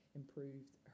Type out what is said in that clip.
improved